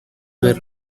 were